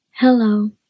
Hello